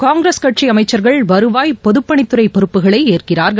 காங்கிரஸ் கட்சி அமைச்சர்கள் வருவாய் பொதுப்பணித்துறை பொறுப்புகளை ஏற்கிறார்கள்